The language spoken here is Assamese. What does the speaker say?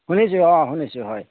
শুনিছোঁ অঁ শুনিছোঁ হয়